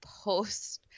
post